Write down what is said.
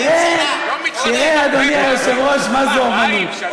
כן, תראה, אדוני היושב-ראש, מה זה אמנות.